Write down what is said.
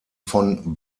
von